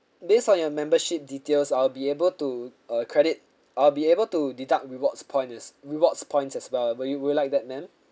based on your membership details I'll be able to uh credit I'll be able to deduct rewards point as rewards points as well but you would you like that ma'am